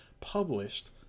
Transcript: published